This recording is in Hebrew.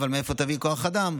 אבל מאיפה תביא כוח אדם?